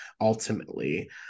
ultimately